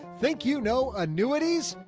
thank you know annuities.